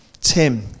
Tim